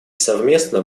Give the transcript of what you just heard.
совместно